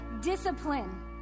discipline